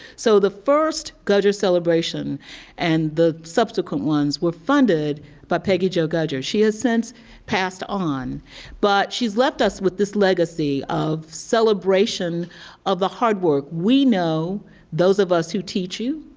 so the first gudger celebration and the subsequent ones were funded by peggy jo gudger. she has since passed on but she's left us with this legacy of celebration of the hard work we know those of us who teach you,